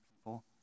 people